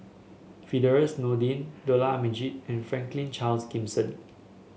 Firdaus Nordin Dollah Majid and Franklin Charles Gimson